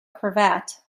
cravat